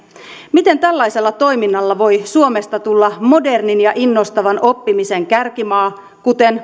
miten tällaisella toiminnalla voi suomesta tulla modernin ja innostavan oppimisen kärkimaa kuten